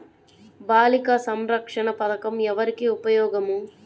బాలిక సంరక్షణ పథకం ఎవరికి ఉపయోగము?